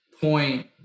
point